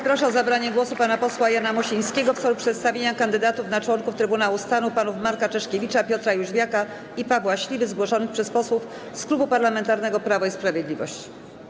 Proszę o zabranie głosu pana posła Jana Mosińskiego w celu przedstawienia kandydatów na członków Trybunału Stanu: panów Marka Czeszkiewicza, Piotra Jóźwiaka i Pawła Śliwy, zgłoszonych przez posłów Klubu Parlamentarnego Prawo i Sprawiedliwość.